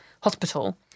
hospital